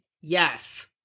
Yes